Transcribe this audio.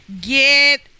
Get